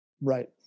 right